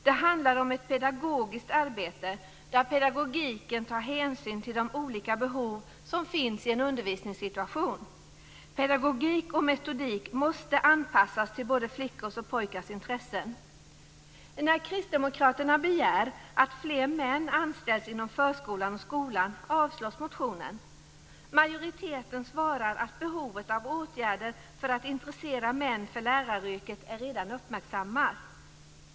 Det handlar om ett pedagogiskt arbete, där pedagogiken tar hänsyn till de olika behov som finns i en undervisningssituation. Pedagogik och metodik måste anpassas till både flickors och pojkars intressen. När Kristdemokraterna begär att fler män anställs inom förskolan och skolan, avstyrks motionen. Majoriteten svarar att behovet av åtgärder för att intressera män för läraryrket redan är uppmärksammat.